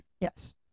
Yes